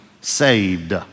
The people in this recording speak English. saved